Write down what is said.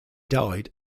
died